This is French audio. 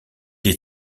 est